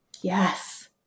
Yes